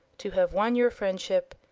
to have won your friendship,